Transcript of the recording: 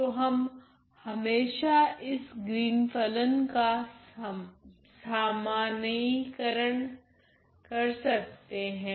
तो हम हमेशा इस ग्रीन फलन का सामानीयकरण कर सकते हैं